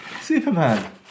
Superman